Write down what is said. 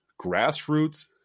grassroots